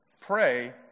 Pray